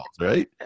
right